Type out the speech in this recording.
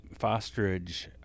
Fosterage